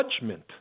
judgment